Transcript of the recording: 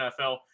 NFL